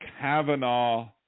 Kavanaugh